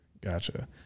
Gotcha